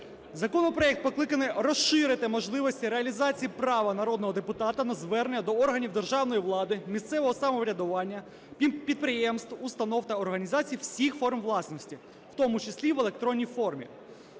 Законопроект покликаний розширити можливості реалізації права народного депутата на звернення до органів державної влади, місцевого самоврядування, підприємств, установ та організацій всіх форм власності, в тому числі в електронній формі.